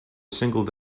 single